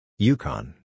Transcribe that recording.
Yukon